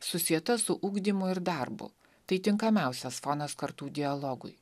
susieta su ugdymu ir darbu tai tinkamiausias fonas kartų dialogui